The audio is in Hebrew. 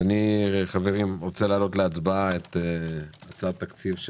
אני רוצה להעלות להצבעה את הצעת התקציב של